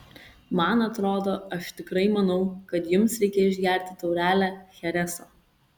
man atrodo aš tikrai manau kad jums reikia išgerti taurelę chereso